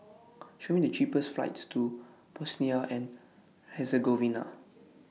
Show Me The cheapest flights to Bosnia and Herzegovina